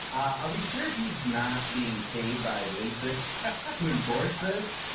are we sure he's not being paid by lasik to endorse this.